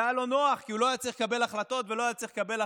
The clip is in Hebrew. והיה לו נוח כי הוא לא היה צריך לקבל החלטות ולא היה צריך לקבל אחריות,